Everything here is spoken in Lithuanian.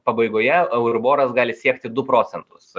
pabaigoje euruboras gali siekti du procentus